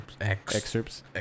excerpts